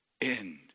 end